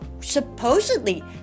supposedly